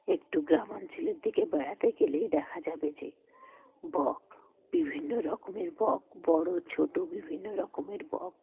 একটু গ্রাম অঞ্চলের দিকে বেড়াতে গেলেই দেখা যাবে যে বক বিভিন্ন রকমের বক বড় ছোট বিভিন্ন রকমের বক